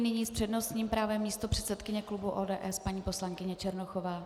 Nyní s přednostním právem místopředsedkyně klubu ODS paní poslankyně Černochová.